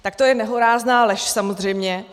Tak to je nehorázná lež, samozřejmě.